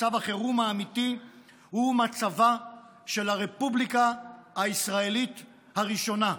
מצב החירום האמיתי הוא מצבה של הרפובליקה הישראלית הראשונה.